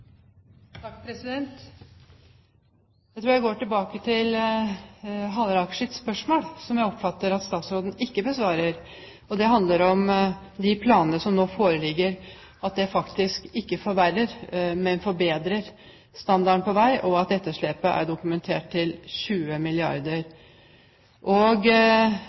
spørsmål, som jeg oppfatter at statsråden ikke besvarte. Det handler om de planene som nå foreligger, at de faktisk ikke forverrer, men forbedrer standarden på vei, og at etterslepet er dokumentert til 20 milliarder kr. Høyre vil som kjent både ha vedlikeholdsfond, vi vil ha prosjektfinansiering, Offentlig Privat Samarbeid om finansiering, helhetlig planlegging og